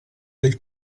del